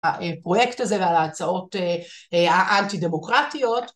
הפרויקט הזה וההצעות האנטי דמוקרטיות